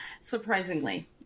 Surprisingly